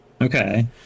Okay